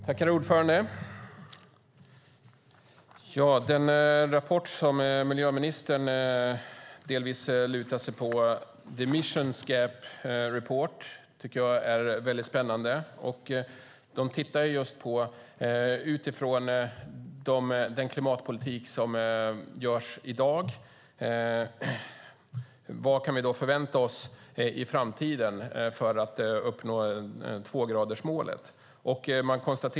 Herr talman! Den rapport som miljöministern delvis lutar sig mot, Bridging the emissions gap , tycker jag är väldigt spännande. Man tittar på den klimatpolitik som förs i dag. Vad kan vi förvänta oss i framtiden för att uppnå tvågradersmålet?